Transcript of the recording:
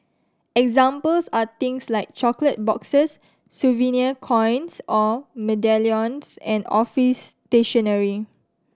examples are things like chocolate boxes souvenir coins or medallions and office stationery